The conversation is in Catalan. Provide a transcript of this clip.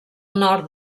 nord